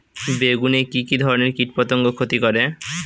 বেগুনে কি কী ধরনের কীটপতঙ্গ ক্ষতি করে?